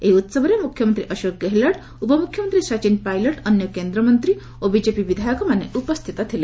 ଏହି ଉହବରେ ମୁଖ୍ୟମନ୍ତ୍ରୀ ଅଶୋକ ଗେହଲଟ ଉପମୁଖ୍ୟମନ୍ତ୍ରୀ ସଚିନ୍ ପାଇଲଟ୍ ଅନ୍ୟ କେନ୍ଦ୍ରମନ୍ତ୍ରୀ ଓ ବିଜେପି ବିଧାୟକମାନେ ଉପସ୍ଥିତ ଥିଲେ